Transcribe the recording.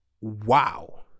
wow